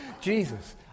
Jesus